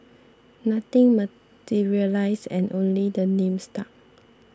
nothing materialised and only the name stuck